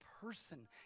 person